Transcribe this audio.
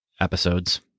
episodes